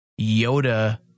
Yoda